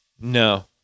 No